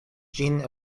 ĝin